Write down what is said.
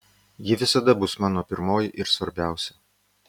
ji visada bus mano pirmoji ir svarbiausia